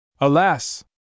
Alas